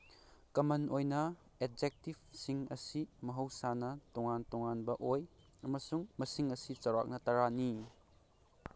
ꯀꯃꯟ ꯑꯣꯏꯅ ꯑꯦꯠꯖꯦꯛꯇꯤꯞꯁꯤꯡ ꯑꯁꯤ ꯃꯈꯧꯁꯥꯅ ꯇꯣꯉꯥꯟ ꯇꯣꯉꯥꯟꯕ ꯑꯣꯏ ꯑꯃꯁꯨꯡ ꯃꯁꯤꯡ ꯑꯁꯤ ꯆꯧꯔꯥꯛꯅ ꯇꯔꯥꯅꯤ